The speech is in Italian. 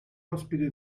ospite